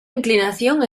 inclinación